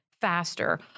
faster